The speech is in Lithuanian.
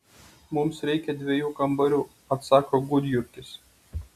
mums reikia dviejų kambarių atsako gudjurgis